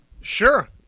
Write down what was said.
Sure